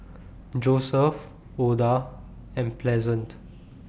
Joesph Oda and Pleasant